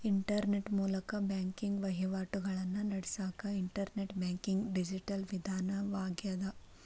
internet ಮೂಲಕ banking ವಹಿವಾಟಿಗಳನ್ನ ನಡಸಕ ಇಂಟರ್ನೆಟ್ ಬ್ಯಾಂಕಿಂಗ್ ಡಿಜಿಟಲ್ ವಿಧಾನವಾಗ್ಯದ